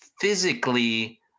physically